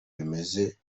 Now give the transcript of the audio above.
bimeze